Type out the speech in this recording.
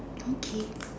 okay